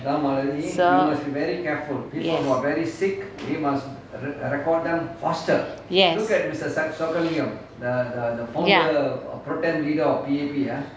so yes yes ya